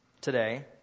today